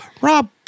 Rob